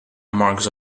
marks